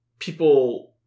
People